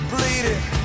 Bleeding